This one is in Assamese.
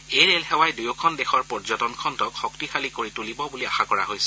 এই ৰেল সেৱাই দুয়োখন দেশৰ পৰ্যটনখণ্ডক শক্তিশালী কৰি তুলিব বুলি আশা কৰা হৈছে